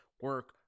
Work